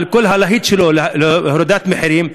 עם כל הלהט שלו להורדת מחירים,